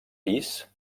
pis